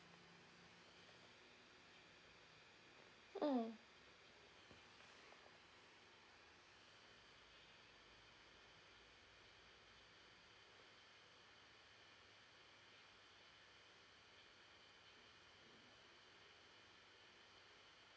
mm